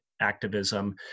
activism